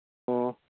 ꯑꯣ